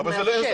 הוא מאפשר..